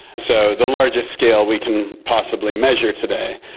so the largest scale we can possibly measure today,